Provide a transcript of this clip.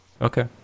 Okay